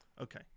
Okay